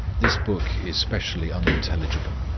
this book is specially unintelligible,